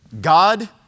God